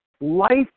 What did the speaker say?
Life